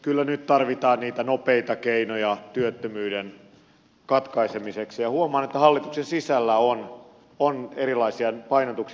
kyllä nyt tarvitaan niitä nopeita keinoja työttömyyden katkaisemiseksi ja huomaan että hallituksen sisällä on erilaisia painotuksia